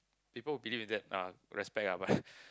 people believe in that uh respect lah but